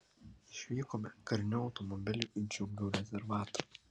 išvykome kariniu automobiliu į džiunglių rezervatą